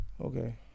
Okay